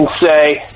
say